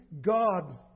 God